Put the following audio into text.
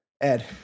Ed